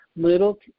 little